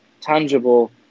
tangible